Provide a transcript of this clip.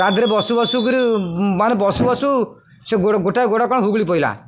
ତା ଦେହରେ ବସୁ ବସୁ କିରି ମାନେ ବସୁ ବସୁ ସେ ଗୋଟା ଗୋଡ଼ କ'ଣ ହୁଗଳି ପଡ଼ିଲା